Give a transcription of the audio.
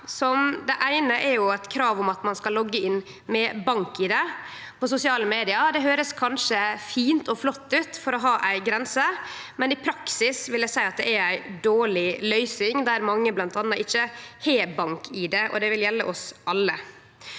Det eine er eit krav om at ein skal logge inn med BankID på sosiale medium. Det høyrest kanskje fint og flott ut for å ha ei grense, men i praksis vil eg seie at det er ei dårleg løysing. Mange har ikkje BankID, og det vil gjelde oss alle.